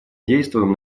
действуем